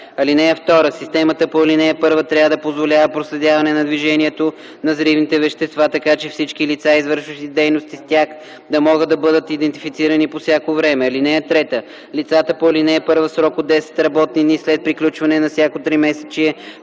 (2) Системата по ал. 1 трябва да позволява проследяване на движението на взривните вещества, така че всички лица, извършващи дейности с тях, да могат да бъдат идентифицирани по всяко време. (3) Лицата по ал. 1 в срок от 10 работни дни след приключване на всяко тримесечие